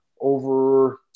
over